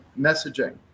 messaging